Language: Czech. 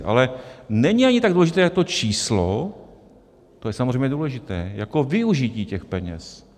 Ale není ani tak důležité to číslo to je samozřejmě důležité jako využití těch peněz.